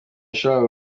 shahu